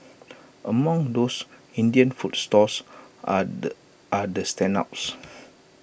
among those Indian food stalls are the are the standouts